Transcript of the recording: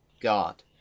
God